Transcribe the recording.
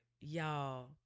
Y'all